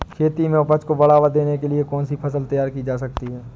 खेती में उपज को बढ़ावा देने के लिए कौन सी फसल तैयार की जा सकती है?